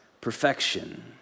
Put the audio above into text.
perfection